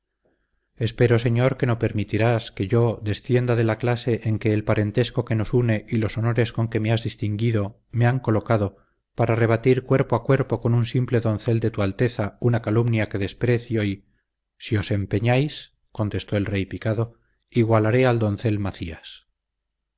espero señor que no permitirás que yo descienda de la clase en que el parentesco que nos une y los honores con que me has distinguido me han colocado para rebatir cuerpo a cuerpo con un simple doncel de tu alteza una calumnia que desprecio y si os empeñáis contestó el rey picado igualaré al doncel macías